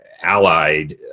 allied